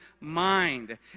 mind